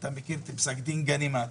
ואתה מכיר את פסק דין גנימד,